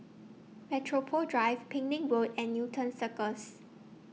Metropole Drive Penang Road and Newton Cirus